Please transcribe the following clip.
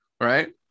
right